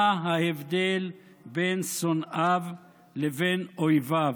מה ההבדל בין שונאיו לבין אויביו?